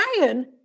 Ryan